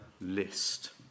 list